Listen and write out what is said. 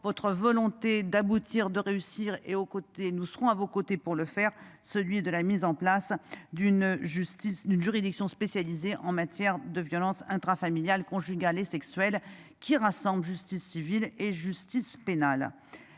votre volonté d'aboutir, de réussir et aux côtés, nous serons à vos côtés pour le faire, celui de la mise en place d'une justice d'une juridiction spécialisée en matière de violences intrafamiliales conjugal et sexuel qui rassemble justice civile et justice pénale